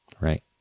right